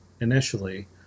initially